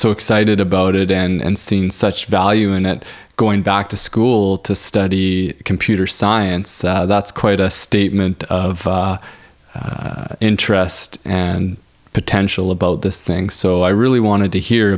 so excited about it and seeing such value in it going back to school to study computer science that's quite a statement of interest and potential about this thing so i really wanted to hear